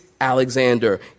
Alexander